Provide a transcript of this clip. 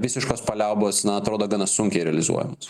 visiškos paliaubos na atrodo gana sunkiai realizuojamos